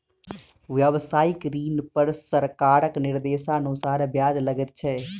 व्यवसायिक ऋण पर सरकारक निर्देशानुसार ब्याज लगैत छै